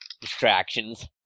distractions